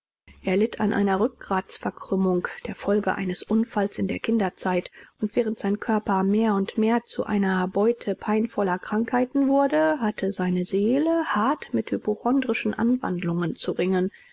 er litt an einer rückgratsverkrümmung der folge eines unfalls in der kinderzeit und während sein körper mehr und mehr zu einer beute peinvoller krankheiten wurde hatte seine seele hart mit hypochondrischen anwandlungen zu ringen